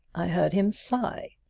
i heard him sigh.